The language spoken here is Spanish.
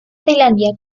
tailandia